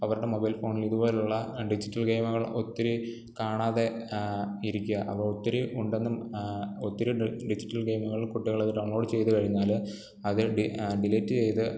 അവരുടെ മൊബൈൽ ഫോണിൽ ഇതുപോലെയുള്ള ഡിജിറ്റൽ ഗെയിമുകൾ ഒത്തിരി കാണാതെ ഇരിക്കുക അപ്പോൾ ഒത്തിരി കൊണ്ടൊന്നും ഒത്തിരി ഡിജിറ്റൽ ഗെയിമുകൾ കുട്ടികൾ ഡൗൺലോഡ് ചെയ്തു കഴിഞ്ഞാൽ അത് ഡി ഡിലിറ്റ് ചെയ്ത്